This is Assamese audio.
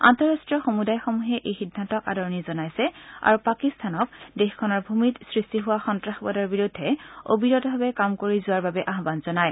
আন্তঃৰাষ্ট্ৰীয় সমূদায়সমূহে এই সিদ্ধান্তক আদৰণি জনাইছে আৰু পাকিস্তানক দেশখনৰ ভূমিত সৃষ্টি হোৱা সন্তাসবাদৰ বিৰুদ্ধে অবিৰতভাৱে কাম কৰি যোৱাৰ বাবে আহান জনায়